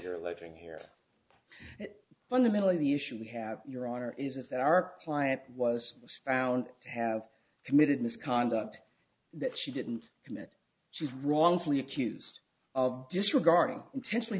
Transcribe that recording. you're alleging here that fundamentally the issue we have your honor is that our client was was found to have committed misconduct that she didn't commit she's wrongfully accused of disregarding intentionally